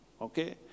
Okay